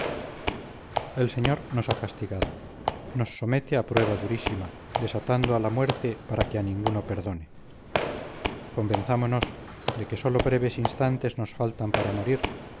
el señor nos ha castigado nos somete a prueba durísima desatando a la muerte para que a ninguno perdone convenzámonos de que sólo breves instantes nos faltan para morir